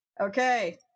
Okay